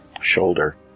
Shoulder